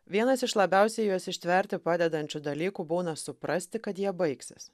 vienas iš labiausiai juos ištverti padedančių dalykų būna suprasti kad jie baigsis